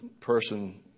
person